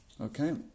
Okay